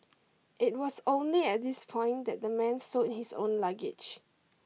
it was only at this point that the man stowed his own luggage